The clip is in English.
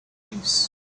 peace